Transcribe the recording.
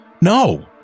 No